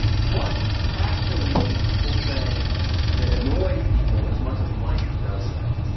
what actually did people say that annoyed people as much as like does now?